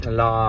la